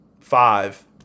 five